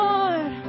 Lord